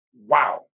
wow